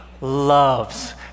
loves